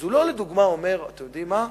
אז הוא לא, לדוגמה, אומר: אתם יודעים מה,